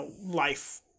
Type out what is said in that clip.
life